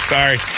Sorry